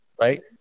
Right